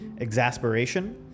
exasperation